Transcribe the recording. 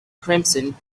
crimson